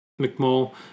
McMull